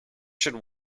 should